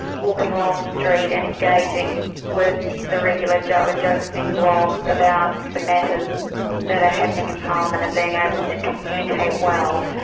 walking along the street and engaging with the regular joe and josephine blogs about the matters that are happening in parliament and being able to communicate well.